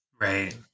Right